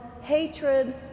hatred